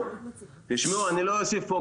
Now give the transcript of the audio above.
מה שאמרו,